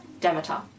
Demeter